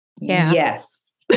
Yes